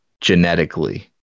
genetically